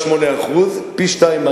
קונה מרצון, זה